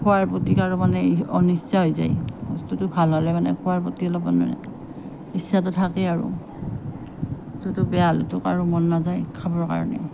খোৱাৰ প্ৰতি কাৰো মানে অনিচ্ছা হৈ যায় বস্তুটো ভাল হ'লে মানে খোৱাৰ প্ৰতি অলপ ইচ্ছাটো থাকে আৰু যিহেতু বেয়া হ'লেতো কাৰো মন নাযায় খাবৰ কাৰণে